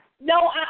No